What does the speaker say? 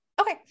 Okay